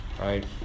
right